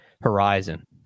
horizon